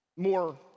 More